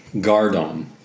Gardon